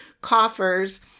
coffers